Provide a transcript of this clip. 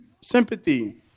sympathy